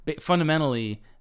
fundamentally